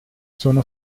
sono